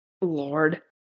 Lord